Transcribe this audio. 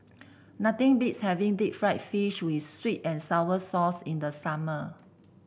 nothing beats having Deep Fried Fish with sweet and sour sauce in the summer